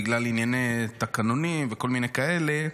"בגלל ענייני תקנונים" וכל מיני כאלה,